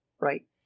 right